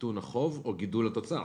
קיטון החוב או בגלל גידול התוצר.